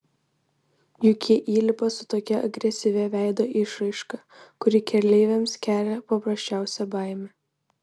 juk jie įlipa su tokia agresyvia veido išraiška kuri keleiviams kelia paprasčiausią baimę